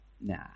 nah